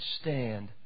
stand